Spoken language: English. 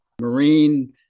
Marine